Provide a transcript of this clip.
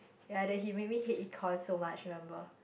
ya then he made me hate econs so much remember